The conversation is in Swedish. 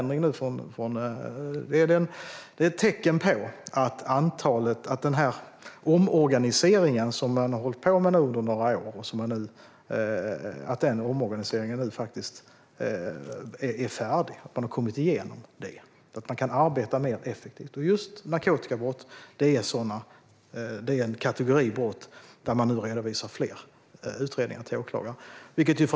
Det är ett tecken på att den omorganisering som har pågått under några nu faktiskt är färdig och att man har kommit igenom den och kan arbeta mer effektivt. Just narkotikabrott är en kategori brott där man nu redovisar fler utredningar till åklagaren.